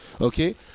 okay